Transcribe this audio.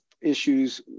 issues